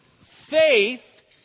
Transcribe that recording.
Faith